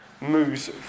moves